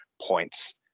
points